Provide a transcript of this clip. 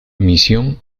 misión